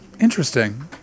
Interesting